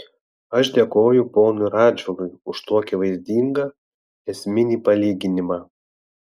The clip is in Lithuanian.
aš dėkoju ponui radžvilui už tokį vaizdingą esminį palyginimą